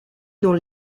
dans